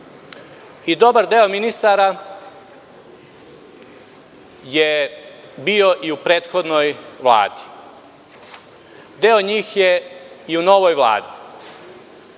Dobar deo ministara je bio i u prethodnoj Vladi. Deo njih je i u novoj